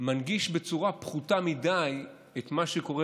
מנגיש בצורה פחותה מדי את מה שקורה